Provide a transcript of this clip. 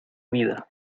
vida